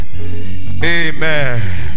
Amen